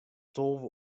tolve